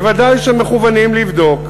ודאי שהם מכוונים לבדוק,